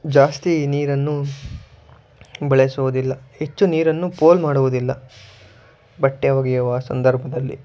ಜಾಸ್ತಿ ನೀರನ್ನು ಬಳಸುವುದಿಲ್ಲ ಹೆಚ್ಚು ನೀರನ್ನು ಪೋಲು ಮಾಡುವುದಿಲ್ಲ ಬಟ್ಟೆ ಒಗೆಯುವ ಸಂದರ್ಭದಲ್ಲಿ